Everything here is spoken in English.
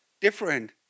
different